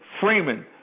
Freeman